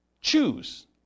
choose